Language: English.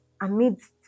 amidst